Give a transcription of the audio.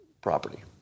property